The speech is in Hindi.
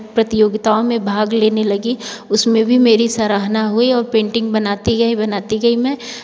प्रतियोगिताओं में भाग लेने लगी उसमे भी मेरी सराहना हुई और पेंटिंग बनाती गई बनाती गई मैं